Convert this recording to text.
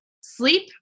sleep